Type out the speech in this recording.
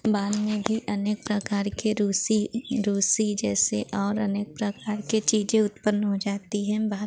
बाल में भी अनेक प्रकार की रूसी रूसी जैसी और अनेक प्रकार की चीज़ें उत्पन्न हो जाती हैं बाल